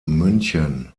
münchen